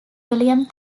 william